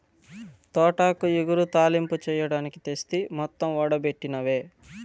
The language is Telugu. తోటాకు ఇగురు, తాలింపు చెయ్యడానికి తెస్తి మొత్తం ఓడబెట్టినవే